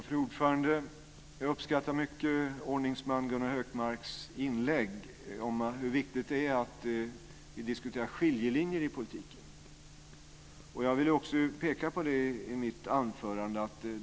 Fru talman! Jag uppskattar mycket ordningsman Gunnar Hökmarks inlägg om hur viktigt det är att vi diskuterar skiljelinjer i politiken. Jag ville också peka på det i mitt anförande.